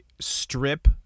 strip